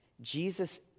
Jesus